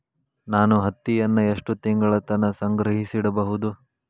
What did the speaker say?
ನಾನು ಹತ್ತಿಯನ್ನ ಎಷ್ಟು ತಿಂಗಳತನ ಸಂಗ್ರಹಿಸಿಡಬಹುದು?